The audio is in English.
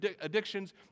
addictions